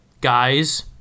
guys